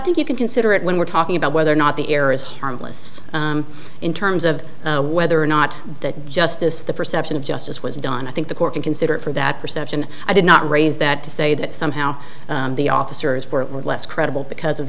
think you can consider it when we're talking about whether or not the error is harmless in terms of whether or not that justice the perception of justice was done i think the court can consider for that perception i did not raise that to say that somehow the officers were less credible because of